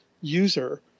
user